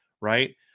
Right